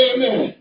Amen